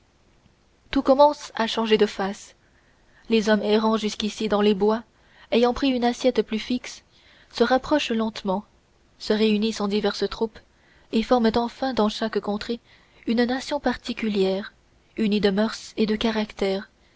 tout commence à changer de face les hommes errant jusqu'ici dans les bois ayant pris une assiette plus fixe se rapprochent lentement se réunissent en diverses troupes et forment enfin dans chaque contrée une nation particulière unie de mœurs et de caractères